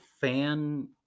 fan